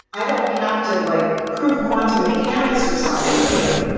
i don't have to like prove quantum mechanics or something here.